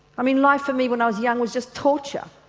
i mean life for me when i was young was just torture,